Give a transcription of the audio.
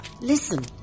Listen